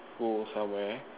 go somewhere